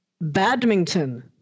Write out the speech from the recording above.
badminton